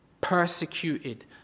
persecuted